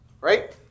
Right